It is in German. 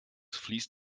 fließt